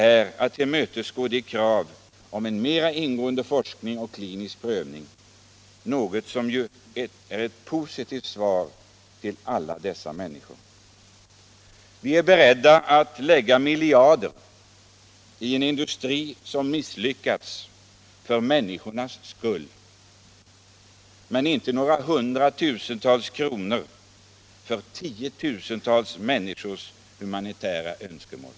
— är att tillmötesgå kraven Onsdagen den om en mera ingående forskning och klinisk prövning, något som ju är 1 december 1976 ett positivt svar till alla dessa människor. Vi är beredda att för människors skull lägga ner miljarder i en industri som har misslyckats, men vi är — Vissa icke-konveninte beredda att lägga ner några hundratusentals kronor för att tillgodose = tionella behandtiotusentals människors humanitära önskemål.